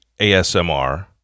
ASMR